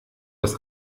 das